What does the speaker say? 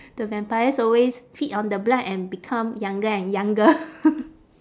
the vampires always feed on the blood and become younger and younger